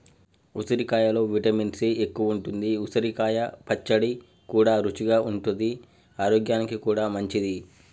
ఉసిరికాయలో vitamin C ఎక్కువుంటది, ఉసిరికాయ పచ్చడి కూడా రుచిగా ఉంటది ఆరోగ్యానికి కూడా మంచిది